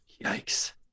Yikes